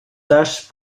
tâche